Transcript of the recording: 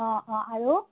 অঁ অঁ আৰু